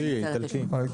אנגלי, איטלקי.